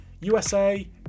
USA